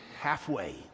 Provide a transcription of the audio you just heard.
halfway